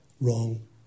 wrong